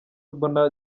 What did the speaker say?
mbona